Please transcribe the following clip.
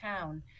town